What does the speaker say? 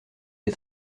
des